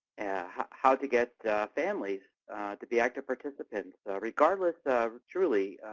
how to get families to be active participants regardless, truly,